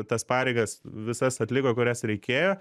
tas pareigas visas atliko kurias reikėjo